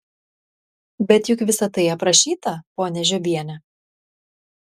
bet juk visa tai aprašyta ponia žiobiene